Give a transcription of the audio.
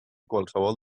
qualsevol